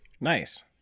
Nice